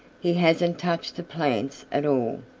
he hasn't touched the plants at all.